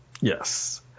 Yes